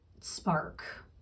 spark